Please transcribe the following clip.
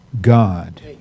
God